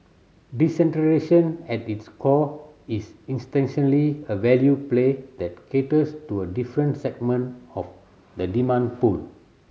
decentralisation at its core is a value play that caters to a different segment of the demand pool